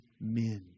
men